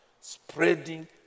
spreading